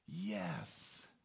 yes